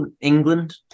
England